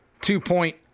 two-point